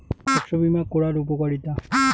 শস্য বিমা করার উপকারীতা?